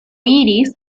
iris